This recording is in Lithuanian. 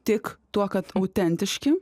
tik tuo kad autentiški